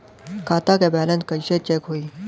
खता के बैलेंस कइसे चेक होई?